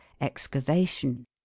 excavation